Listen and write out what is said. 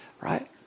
right